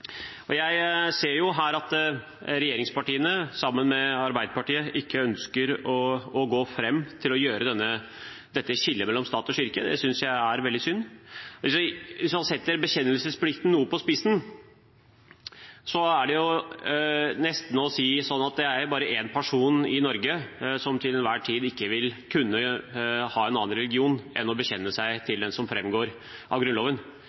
og å gjøre endringer i § 16. Jeg ser her at regjeringspartiene, sammen med Arbeiderpartiet, ikke ønsker å gjøre dette skillet mellom stat og kirke. Det synes jeg er veldig synd. Hvis man setter bekjennelsesplikten på spissen, kan en nesten si at det bare er én person i Norge som til enhver tid ikke vil kunne ha en annen religion enn den som framgår av Grunnloven. I realiteten overlater vi altså ikke til